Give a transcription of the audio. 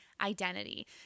identity